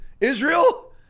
Israel